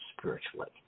spiritually